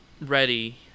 ready